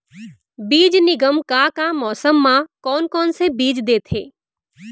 बीज निगम का का मौसम मा, कौन कौन से बीज देथे?